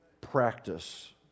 practice